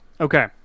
Okay